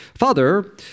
Father